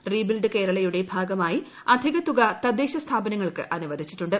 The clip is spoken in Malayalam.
റീ ബിൽഡ് കേരളയുടെ ഭാഗമായി അധിക തുക തദ്ദേശസ്ഥാപനങ്ങൾക്ക് അനുവദിച്ചിട്ടുണ്ട്